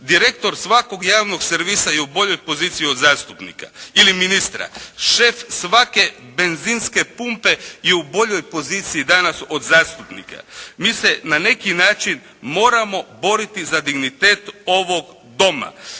Direktor svakog javnog servisa je u boljoj poziciji od zastupnika. Ili ministra. Šef svake benzinske pumpe je u boljoj poziciji danas od zastupnika. Mi se na neki način moramo boriti za dignitet ovog Doma.